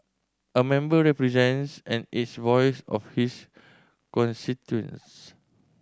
a member represents and is voice of his constituents